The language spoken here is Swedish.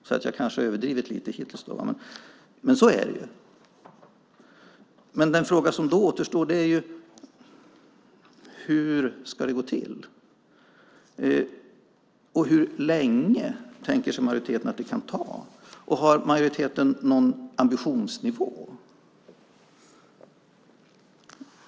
Jag har kanske överdrivit det hela lite grann hittills. De frågor som återstår är hur det ska gå till, hur länge majoriteten tänker sig att det kan ta och om majoriteten har någon ambitionsnivå.